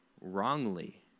wrongly